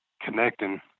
connecting